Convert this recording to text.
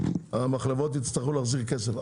המחלבות יצטרכו להחזיר כסף.